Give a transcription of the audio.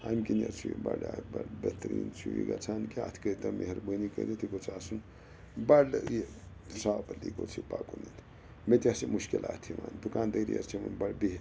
اَمہِ کِنۍ حَظ چھُ یہِ بَڑٕ بَڑٕ بہتریٖن چھُ یہِ گَژھان کہِ اَتھ کٔرۍ تو مہربٲنی کٔرِتھ یہِ گوٚژھ آسُن بَڑٕ یہِ یہِ گوٚژھ یہِ پَکُن مےٚ تہِ حظ چھِ مشکلات یِوان دُکاندٲری حظ چھِ وۄنۍ بَڑٕ بِہِتھ